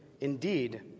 indeed